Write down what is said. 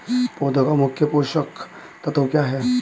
पौधे का मुख्य पोषक तत्व क्या हैं?